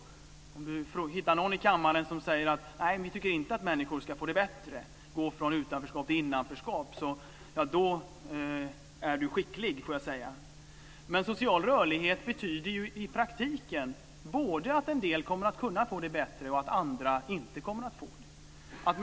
Hittar Göran Lindblad någon i kammaren som säger att nej, människor ska inte få det bättre, gå från utanförskap till innanförskap, då är han skicklig. Men social rörlighet betyder i praktiken både att en del kommer att kunna få det bättre och att andra inte kommer att få det.